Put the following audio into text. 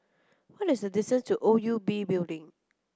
what is the distance to O U B Building